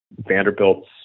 Vanderbilt's